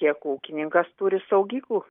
kiek ūkininkas turi saugyklų